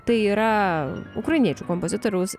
tai yra ukrainiečių kompozitoriaus